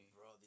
Bro